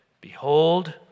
Behold